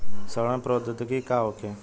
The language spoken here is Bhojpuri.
सड़न प्रधौगकी का होखे?